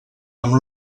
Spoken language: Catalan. amb